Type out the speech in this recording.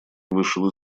вышел